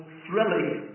thrilling